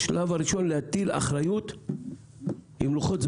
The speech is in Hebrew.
הראשון, להטיל אחריות עם לוחות זמנים,